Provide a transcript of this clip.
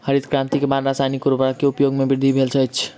हरित क्रांति के बाद रासायनिक उर्वरक के उपयोग में वृद्धि भेल अछि